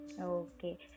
Okay